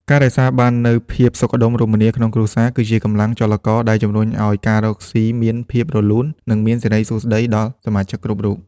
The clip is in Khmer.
ការរក្សាបាននូវភាពសុខដុមរមនាក្នុងគ្រួសារ គឺជាកម្លាំងចលករដែលជំរុញឱ្យការរកស៊ីមានភាពរលូន និងមានសិរីសួស្តីដល់សមាជិកគ្រប់រូប។